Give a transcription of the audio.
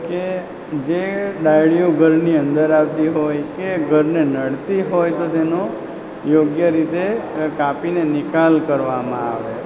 કે જે ડાળીઓ ઘરની અંદર આવતી હોય કે ઘરને નડતી હોય તો તેનો યોગ્ય રીતે એ કાપીને નિકાલ કરવામાં આવે